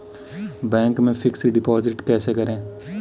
Bank में fix deposit कैसे करें?